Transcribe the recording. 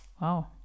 Wow